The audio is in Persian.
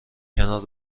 کنار